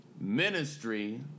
ministry